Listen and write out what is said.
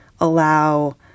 allow